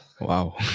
wow